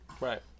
Right